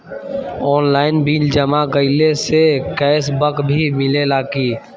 Online bill जमा कईला से कैश बक भी मिलेला की?